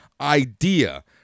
idea